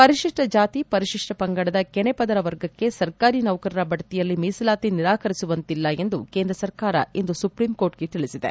ಪರಿಶಿಷ್ವ ಜಾತಿ ಪರಿಶಿಷ್ವ ಪಂಗಡದ ಕೆನೆಪದರ ವರ್ಗಕ್ಕೆ ಸರ್ಕಾರಿ ನೌಕರರ ಬಡ್ತಿಯಲ್ಲಿ ಮೀಸಲಾತಿ ನಿರಾಕರಿಸುವಂತಿಲ್ಲ ಎಂದು ಕೇಂದ್ರ ಸರ್ಕಾರ ಇಂದು ಸುಪ್ರೀಂಕೋರ್ಟಿಗೆ ತಿಳಿಸಿದೆ